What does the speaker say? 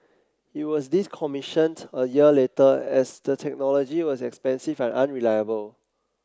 it was decommissioned a year later as the technology was expensive and unreliable